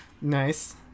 Nice